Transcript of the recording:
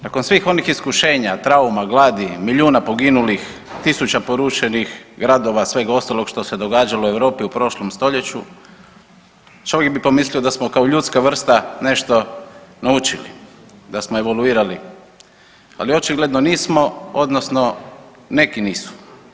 Nakon svih onih iskušenja trauma, gladi, milijuna poginulih, tisuća porušenih gradova, svega ostalog što se događalo u Europi u prošlom stoljeću čovjek bi pomislio da smo kao ljudska vrsta nešto naučili, da smo evaluirali, ali očigledno nismo odnosno neki nisu.